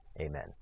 amen